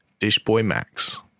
dishboymax